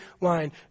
line